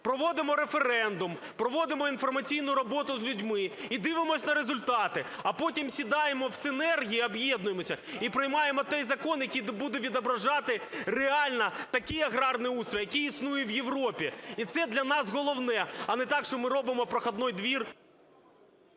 проводимо референдум, проводимо інформаційну роботу з людьми і дивимося на результати. А потім сідаємо, в синергії об'єднуємося і приймаємо той закон, який буде відображати реально такий аграрний устрій, який існує в Європі. І це для нас головне, а не так, що ми робимо прохідний двір...